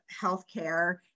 healthcare